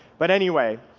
but anyway,